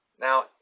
Now